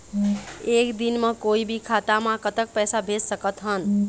एक दिन म कोई भी खाता मा कतक पैसा भेज सकत हन?